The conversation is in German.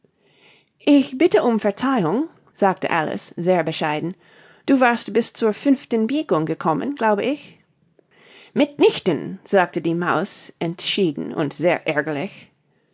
ich bitte um verzeihung sagte alice sehr bescheiden du warst bis zur fünften biegung gekommen glaube ich mit nichten sagte die maus entschieden und sehr ärgerlich